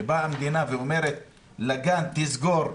שבאה המדינה ואומרת לגן לסגור,